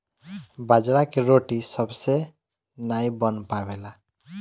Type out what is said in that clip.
बाजरा के रोटी सबसे नाई बन पावेला